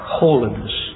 holiness